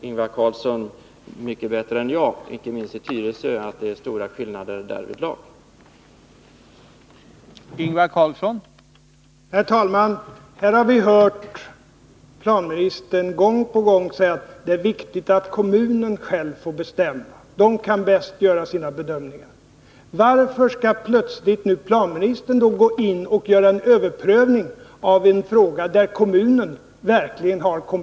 Ingvar Carlsson vet mycket bättre än jag att det är stora skillnader därvidlag, inte minst i Tyresö.